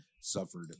suffered